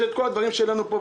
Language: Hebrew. יש את כל הדברים שלנו פה.